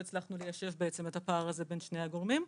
לא הצלחנו ליישב את הפער הזה בין שני הגורמים,